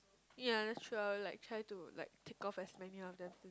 ya that's true I will like try to like take off as many of them too